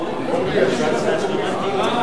אנחנו נצביע,